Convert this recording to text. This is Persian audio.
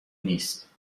نیست